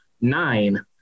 Nine